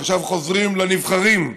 עכשיו חוזרים לנבחרים.